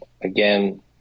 again